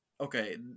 okay